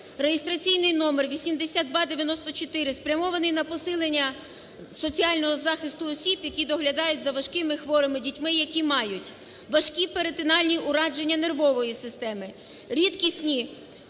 реєстраційний номер 8294, спрямований на посилення соціального захисту осіб, які доглядають за важкими хворими дітьми, які мають важкі перинатальні ураження нервової системи, рідкісні